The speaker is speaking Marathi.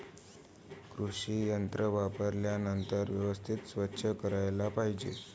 कृषी यंत्रे वापरल्यानंतर व्यवस्थित स्वच्छ करायला पाहिजे